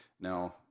Now